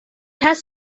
has